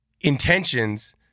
intentions